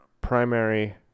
primary